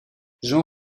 jean